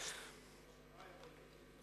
משטרה עירונית.